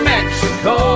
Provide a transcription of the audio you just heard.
Mexico